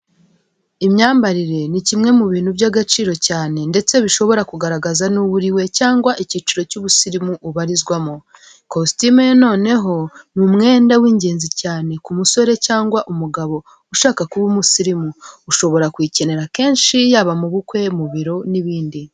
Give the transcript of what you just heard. Imyambarire ni kimwe mu bintu by'agaciro cyane ndetse bishobora kugaragaza n'uwo uri we cyangwa icyiciro cy'ubusirimu ubarizwamo. Kositime yo noneho, ni umwenda w'ingenzi cyane ku musore cyangwa umugabo ushaka kuba umusirimu. Ushobora kuyikenera kenshi yaba mu bukwe, mu biro n'ibindi.